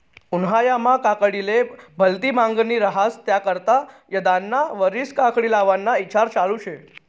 उन्हायामा काकडीले भलती मांगनी रहास त्याकरता यंदाना वरीस काकडी लावाना ईचार चालू शे